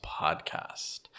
podcast